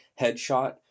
headshot